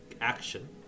action